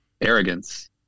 arrogance